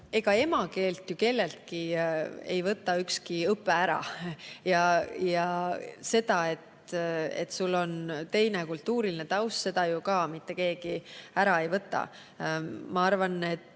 Ega emakeelt ju kelleltki ei võta ükski õpe ära ja seda, et sul on teine kultuuriline taust, ju ka mitte keegi ära ei võta. Ma arvan, et